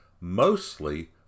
mostly